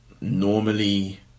Normally